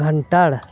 ᱠᱷᱟᱱᱴᱟᱲ